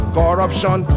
corruption